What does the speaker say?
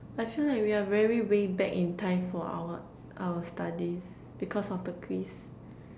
actually like we are very way back in time for our our studies because of the quiz